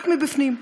רק מבפנים.